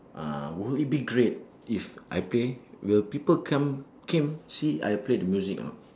uh wouldn't it be great if I play will people come came see I play the music or not